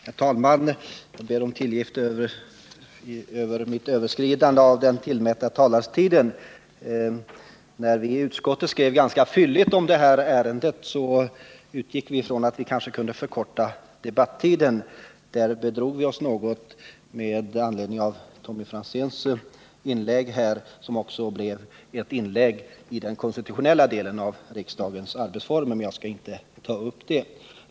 Herr talman! Jag ber om tillgift för mitt överskridande av den talartid som tillmätts mig. När vi i utskottet skrev ganska fylligt om det här ärendet utgick vi ifrån att vi därmed kanske skulle kunna förkorta debattiden. Där bedrog vi oss något — jag tänker då på Tommy Franzéns inlägg, som också blev ett inlägg i den konstitutionella delen när det gäller riksdagens arbetsformer, men jag skall inte ta upp den frågan.